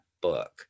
book